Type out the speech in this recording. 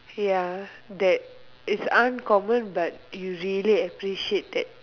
ya that is uncommon but you really appreciate that